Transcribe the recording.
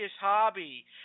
hobby